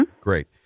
Great